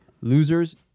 losers